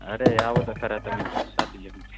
અરે આવો તો ખરા તમે સાથે જાશું